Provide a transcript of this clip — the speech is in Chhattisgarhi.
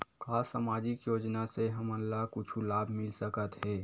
का सामाजिक योजना से हमन ला कुछु लाभ मिल सकत हे?